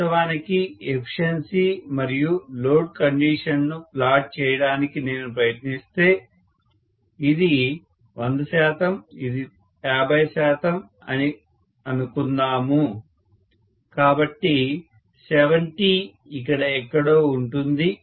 వాస్తవానికి ఎఫిషియన్సి మరియు లోడ్ కండిషన్ను ప్లాట్ చేయడానికి నేను ప్రయత్నిస్తే ఇది 100 శాతం ఇది 50 శాతం అని అనుకుందాము కాబట్టి 70 ఇక్కడ ఎక్కడో ఉంటుంది